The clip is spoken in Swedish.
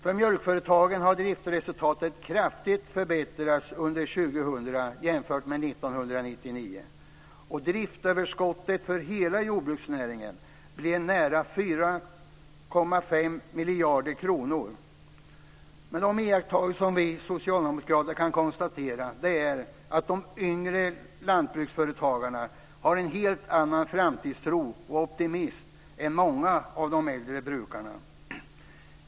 För mjölkföretagen har driftresultatet kraftigt förbättrats under 2000 jämfört med 1999. Driftöverskottet för hela jordbruksnäringen blev nära 4,5 miljarder kronor. En iakttagelse som vi socialdemokrater har gjort är att de yngre lantbruksföretagarna har en helt annan framtidstro och optimism än vad många av de äldre brukarna har.